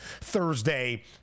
Thursday